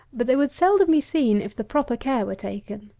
but they would seldom be seen, if the proper care were taken.